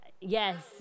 yes